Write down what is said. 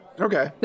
Okay